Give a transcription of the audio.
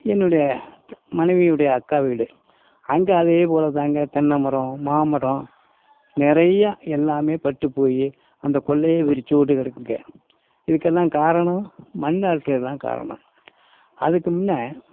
என்னுடைய மனைவியுடைய அக்கா வீடு அங்கே அதே போல்தாங்க தென்னை மரம் மாமரம் நிறையா எல்லாமே பட்டு போய் அந்த கொல்லையே வெறிச்சோடி கிடக்குங்க இதுகெல்லாம் காரணம் மண் அள்ளுறதுதான் காரணம் அதுக்கு முன்னே